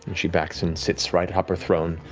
she backs and sits right atop her throne.